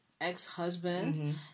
ex-husband